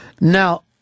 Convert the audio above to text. now